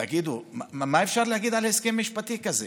תגידו, מה אפשר להגיד על הסכם משפטי כזה?